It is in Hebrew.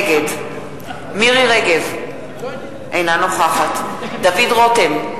נגד מירי רגב, אינה נוכחת דוד רותם,